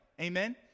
Amen